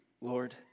Lord